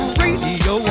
radio